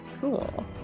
Cool